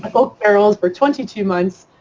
um oak barrels for twenty two months.